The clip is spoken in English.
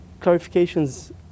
clarifications